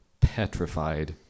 petrified